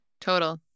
Total